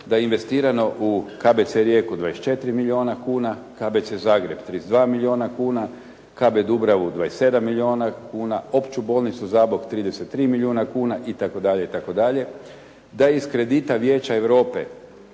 da je investirano u KBC Rijeku 24 milijuna kuna, KBC Zagreb 32 milijuna kuna, KB Dubravu 27 milijuna kuna, Opću bolnicu Zabok 33 milijuna kuna itd. itd. Da je iz kredita Vijeća Europe